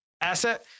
asset